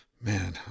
Man